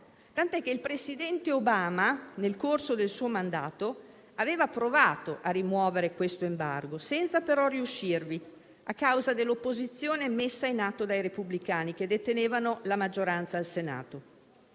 tant'è che il presidente Obama, nel corso del suo mandato, aveva provato a rimuovere l'embargo senza però riuscirvi, a causa dell'opposizione messa in atto dai repubblicani che detenevano la maggioranza al Senato.